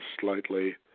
slightly